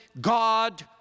God